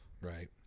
Right